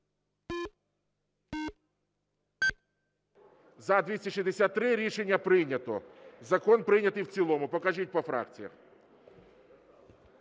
За-263 Рішення прийнято. Закон прийнятий в цілому. Покажіть по фракціях.